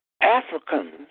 Africans